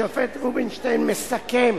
השופט רובינשטיין מסכם